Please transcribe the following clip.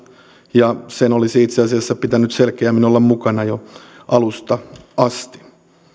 ja sen olisi itse asiassa pitänyt selkeämmin olla mukana jo alusta asti